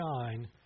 shine